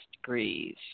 degrees